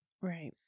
Right